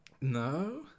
No